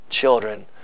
children